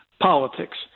politics